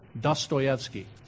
Dostoevsky